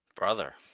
brother